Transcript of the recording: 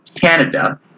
Canada